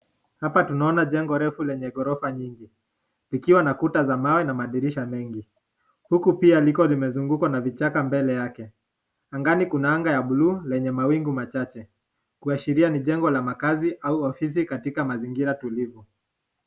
Hapa tunaona jengo refu lenye ghorofa nyingi likiwa na kuta za mawe na madirisha mengi. Huku pia liko limezungukwa na vichaka mbele yake. Angani kuna anga ya blue lenye mawingu machache, kuashiria ni jengo la makazi au ofisi katika mazingira tulivu.